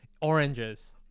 Oranges